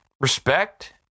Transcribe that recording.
respect